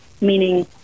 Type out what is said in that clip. meaning